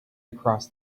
across